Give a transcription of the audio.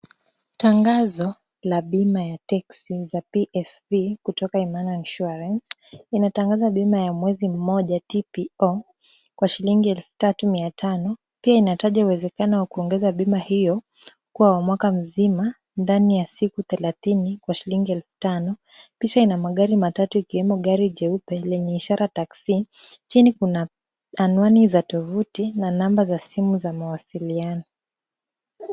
Tangazo la bima la teksi za PSV kutoka Imana insurance, inatangaza bima ya mwezi mmoja TPO kwa shilingi elfu tatu mia tano, pia inataja uwezekano wa kuongeza bima hiyo kuwa wa mwaka mzima ndani ya siku thelathini kwa shilingi elfu tano, picha ina magari matatu ikiwemo gari jeupe lenye ishara taxi , chini kuna anwani za tovuti na namba za simu za mawasiliano.